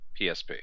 PSP